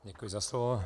Děkuji za slovo.